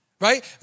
Right